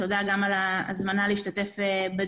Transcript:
תודה על ההזמנה להשתתף בדיון,